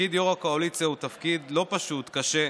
תפקיד יו"ר הקואליציה הוא תפקיד לא פשוט, קשה.